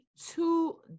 two